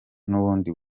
n’ubundi